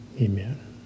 Amen